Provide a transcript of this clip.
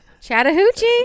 Chattahoochee